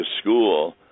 school